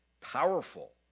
powerful